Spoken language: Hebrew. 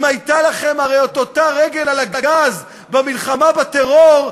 אם הייתה לכם הרי את אותה רגל על הגז במלחמה בטרור,